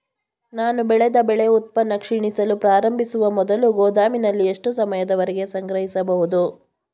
ನಾನು ಬೆಳೆದ ಬೆಳೆ ಉತ್ಪನ್ನ ಕ್ಷೀಣಿಸಲು ಪ್ರಾರಂಭಿಸುವ ಮೊದಲು ಗೋದಾಮಿನಲ್ಲಿ ಎಷ್ಟು ಸಮಯದವರೆಗೆ ಸಂಗ್ರಹಿಸಬಹುದು?